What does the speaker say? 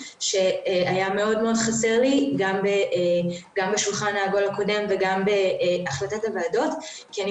שהיה חסר לי גם בשולחן העגול הקודם וגם בהחלטת הוועדות כי אני